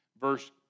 verse